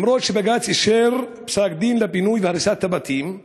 למרות שבג"ץ הוציא פסק-דין לפינוי ולהריסת הבתים.